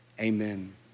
Amen